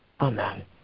Amen